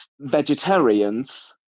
vegetarians